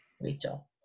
Rachel